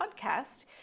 podcast